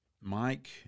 Mike